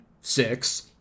six